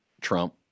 Trump